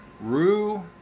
Rue